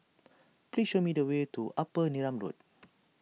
please show me the way to Upper Neram Road